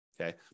okay